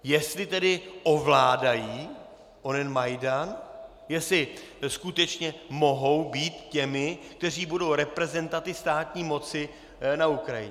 Jestli tedy ovládají onen Majdan, jestli skutečně mohou být těmi, kteří budou reprezentanty státní moci na Ukrajině.